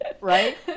right